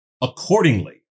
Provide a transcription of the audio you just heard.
accordingly